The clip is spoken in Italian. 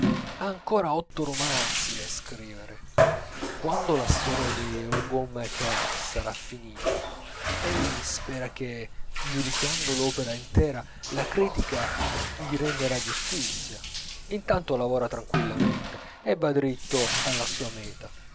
ancora otto romanzi da scrivere quando la storia dei rougon macquart sarà finita egli spera che giudicando l'opera intera la critica gli renderà giustizia intanto lavora tranquillamente e va diritto alla sua meta